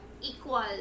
equal